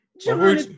George